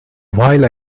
while